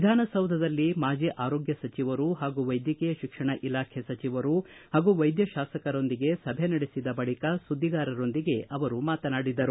ವಿಧಾನಸೌಧದಲ್ಲಿ ಮಾಜಿ ಆರೋಗ್ಯ ಸಚಿವರು ಹಾಗೂ ವೈದ್ಯಕೀಯ ಶಿಕ್ಷಣ ಇಲಾಖೆ ಸಚಿವರು ಹಾಗೂ ವೈದ್ಯ ಶಾಸಕರೊಂದಿಗೆ ಸಭೆ ನಡೆಸಿದ ಬಳಿಕ ಸುದ್ದಿಗಾರರೊಂದಿಗೆ ಅವರು ಮಾತನಾಡಿದರು